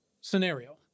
scenario